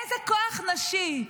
איזה כוח נשי.